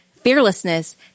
fearlessness